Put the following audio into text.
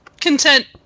content